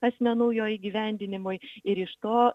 asmenų jo įgyvendinimui ir iš to